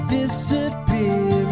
disappear